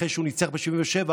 אחרי שהוא ניצח ב-1977,